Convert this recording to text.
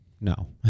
No